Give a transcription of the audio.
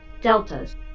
Deltas